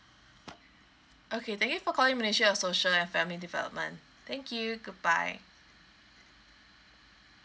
okay thank you for calling ministry of social and family development thank you goodbye